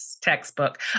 textbook